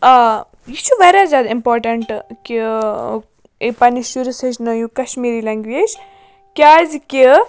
آ یہِ چھُ واریاہ زیادٕ اِمپارٹیٚنٛٹ کہِ ٲں پَننِس شُرِس ہیٚچھنٲیِو کَشمیٖری لینٛگویج کیٛازِ کہِ